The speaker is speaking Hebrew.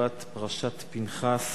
שבת פרשת פנחס,